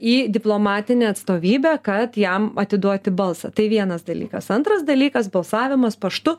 į diplomatinę atstovybę kad jam atiduoti balsą tai vienas dalykas antras dalykas balsavimas paštu